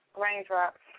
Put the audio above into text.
Raindrops